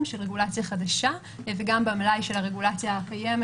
של רגולציה חדשה וגם במלאי של הרגולציה הקיימת,